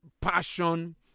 passion